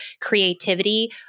creativity